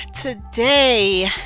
today